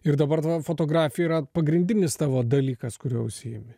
ir dabar tavo fotografija yra pagrindinis tavo dalykas kuriuo užsiimi